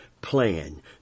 plan